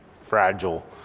fragile